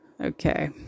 Okay